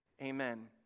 Amen